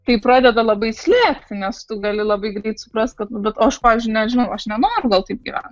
tai pradeda labai slėgti nes tu gali labai greit suprast kad bet o aš pavyzdžiui nežinau aš nenoriu gal taip gyvent